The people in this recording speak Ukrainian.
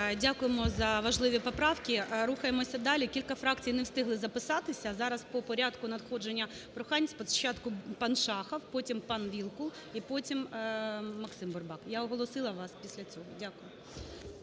Дякуємо за важливі поправки. Рухаємо далі. Кілька фракцій не встигли записатися. Зараз по порядку надходження прохань: спочатку пан Шахов, потім пан Вілкул, і потім Максим Бурабак. Я оголосила вас після цього. Дякую.